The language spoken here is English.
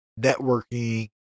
networking